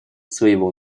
своего